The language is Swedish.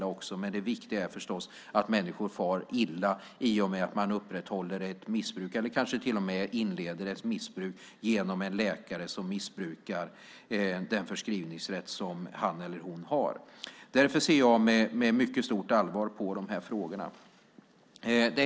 Men det viktiga är förstås att komma till rätta med problemet att människor far illa i och med att man upprätthåller ett missbruk eller kanske till och med inleder ett missbruk genom att en läkare missbrukar sin förskrivningsrätt. Därför ser jag med mycket stort allvar på de här frågorna.